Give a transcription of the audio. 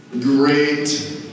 great